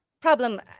problem